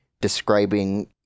describing